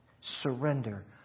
surrender